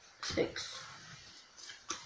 six